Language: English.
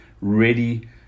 ready